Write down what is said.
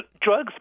drugs